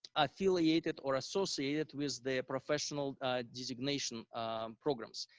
affiliated or associated with the professional designation programs.